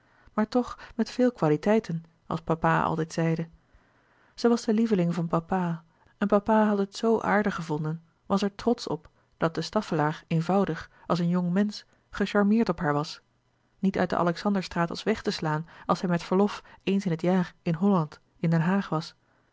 maar toch met veel kwaliteiten als papa altijd zeide zij was de lieveling van papa en papa had het zoo aardig gevonden was er trotsch op dat de staffelaer eenvoudig als een jong mensch gecharmeerd op haar was louis couperus de boeken der kleine zielen niet uit de alexanderstraat was weg te slaan als hij met verlof éens in het jaar in holland in den haag was